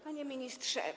Panie Ministrze!